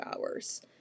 hours